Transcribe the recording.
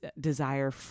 desire